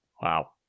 Wow